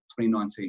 2019